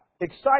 excite